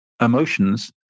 emotions